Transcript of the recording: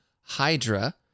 hydra